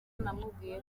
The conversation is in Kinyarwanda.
namubwiye